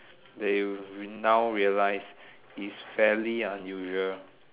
that you now realise it's fairly unusual